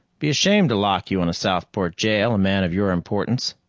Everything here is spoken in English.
be a shame to lock you in southport jail, a man of your importance.